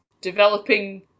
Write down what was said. developing